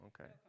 okay